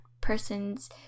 person's